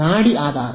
ನಾಡಿ ಆಧಾರ